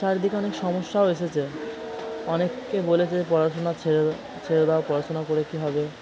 চারিদিকে অনেক সমস্যাও এসেছে অনেকে বলেছে যে পড়াশোনা ছেড়ে দাও ছেড়ে দাও পড়াশোনা করে কী হবে